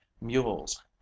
mules